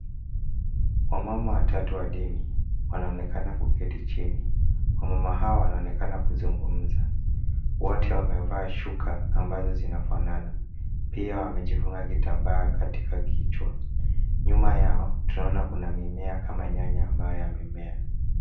Wamama watatu wa dini wanaonekana kuketi chini. Wamama hawa wanaonekana kuzungumza. Wote wamevaa shuka ambazo zinafanana pia wamejifunga kitambaa katika kichwa. Nyuma yao tunaona kuna mimea kama nyanya ambayo yamemea.